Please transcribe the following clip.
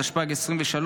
התשפ"ג 2023,